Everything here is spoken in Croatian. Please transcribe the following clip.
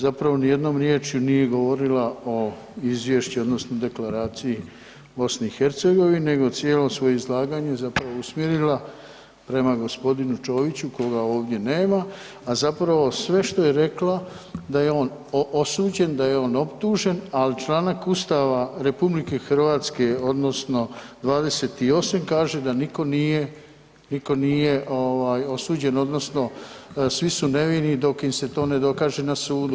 Zapravo ni jednom riječju nije govorila o izvješću, odnosno Deklaraciji Bosni i Hercegovini, nego je cijelo svoje izlaganje zapravo usmjerila prema gospodinu Ćoviću koga ovdje nema a zapravo sve što je rekla da je on osuđen, da je on optužen ali članak Ustava RH odnosno 28. kaže da nitko nije osuđen, odnosno svi su nevini dok im se to ne dokaže na sudu.